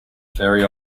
ferry